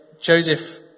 Joseph